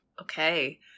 Okay